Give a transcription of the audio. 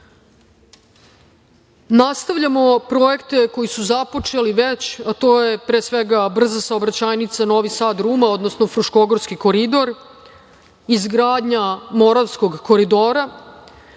Srbiju. Nastavljamo projekte koji su započeti već, a to je pre svega brza saobraćajnica Novi Sad-Ruma, odnosno Fruškogorski koridor, izgradnja Moravskog koridora,